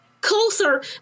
closer